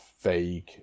vague